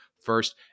first